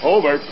Over